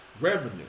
revenue